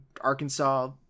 Arkansas